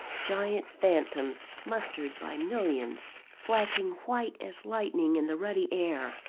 giant phantoms mustered by millions, flashing white as lightning in the ruddy air.